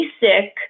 basic